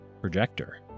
projector